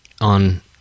on